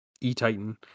E-Titan